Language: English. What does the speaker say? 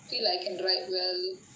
feel like I can write well